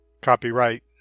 Copyright